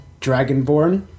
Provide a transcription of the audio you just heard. dragonborn